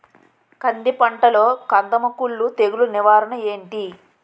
కంది పంటలో కందము కుల్లు తెగులు నివారణ ఏంటి?